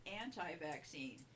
anti-vaccine